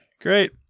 Great